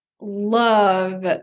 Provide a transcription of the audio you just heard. love